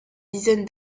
dizaine